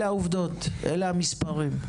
אלו העובדות, אלה המספרים.